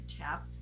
tap